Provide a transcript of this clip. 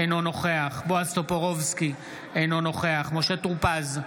אינו נוכח בועז טופורובסקי, אינו נוכח משה טור פז,